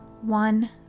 one